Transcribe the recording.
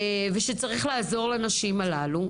ושצריך לעזור לנשים הללו,